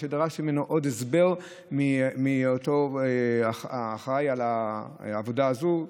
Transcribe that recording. מפני שדרשתי עוד הסבר מהאחראי לעבודה הזאת.